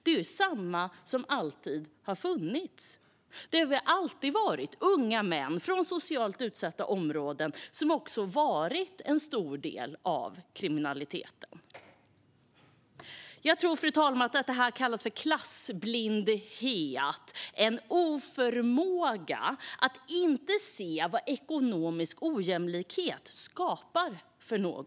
Det är ju samma som alltid har funnits - det har väl alltid varit unga män från socialt utsatta områden som svarat för en stor del av kriminaliteten. Jag tror, fru talman, att detta kallas för klassblindhet. Det är en oförmåga att se vad ekonomisk ojämlikhet skapar.